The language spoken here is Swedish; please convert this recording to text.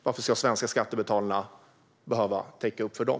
Varför ska svenska skattebetalare behöva täcka upp för dem?